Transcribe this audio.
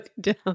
down